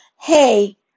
hey